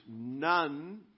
none